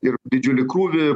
ir didžiulį krūvį